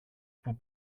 που